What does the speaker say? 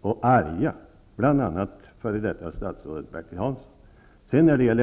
och arga, bl.a. f.d. statsrådet Bertil Hansson.